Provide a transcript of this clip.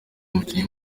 umukinnyi